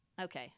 Okay